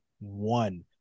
one